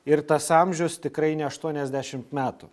ir tas amžius tikrai ne aštuoniasdešimt metų